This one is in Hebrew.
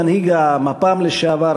מנהיג מפ"ם לשעבר,